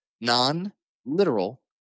non-literal